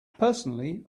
personally